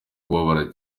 kubabara